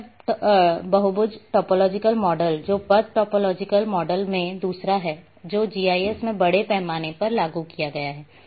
पथ बहुभुज topological model जो पथ टॉपोलॉजिकल मॉडल में दूसरा है जो जीआईएस में बड़े पैमाने पर लागू किया गया है